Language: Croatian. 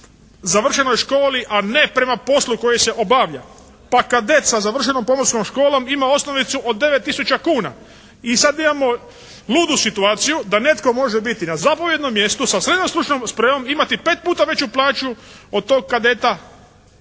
završenoj školi a ne prema poslu koji se obavlja. Pa kadet sa završenom pomorskom školom ima osnovicu od 9 tisuća kuna. I sad imamo ludu situaciju da netko može biti na zapovjednom mjestu sa srednjom stručnom spremom i imati pet puta veću plaću od tog kadeta,